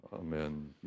Amen